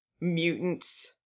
mutants